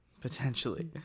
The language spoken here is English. potentially